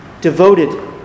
devoted